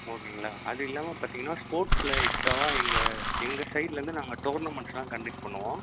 ஓகேங்களா அது இல்லாமல் பார்த்தீங்கன்னா ஸ்போர்ட்ஸில் எக்ஸ்ட்ராவாக எங்கள் எங்கள் சைட்லிருந்து நாங்க டோர்னாமெண்ட்ஸ்லாம் கன்டெக்ட் பண்ணுவோம்